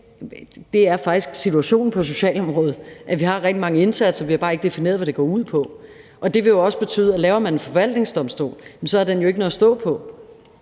Det er faktisk situationen på socialområdet, at vi har rigtig mange indsatser, men at vi bare ikke har defineret, hvad det går ud på. Det vil jo også betyde, at laver man en forvaltningsdomstol, har den ikke noget at stå på.